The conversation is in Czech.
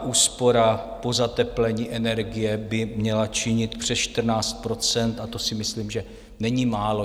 Úspora po zateplení energie by měla činit přes 14 % a to si myslím, že není málo.